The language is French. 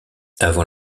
avant